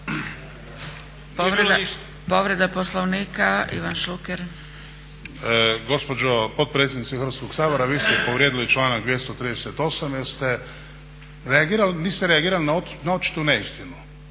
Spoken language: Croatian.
Šuker. **Šuker, Ivan (HDZ)** Gospođo potpredsjednice Hrvatskog sabora, vi ste povrijedili članak 238. jer niste reagirali na očitu neistinu.